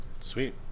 Sweet